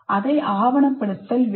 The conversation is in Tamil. அதை ஆவணப்படுத்தல் வேண்டும்